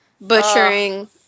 butchering